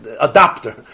adapter